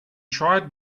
tried